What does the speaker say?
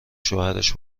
شوهرش